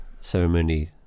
ceremony